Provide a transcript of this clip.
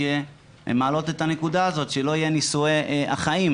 הן מעלות את הנקודה הזאת שלא יהיו נישואי אחאים,